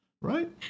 right